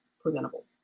preventable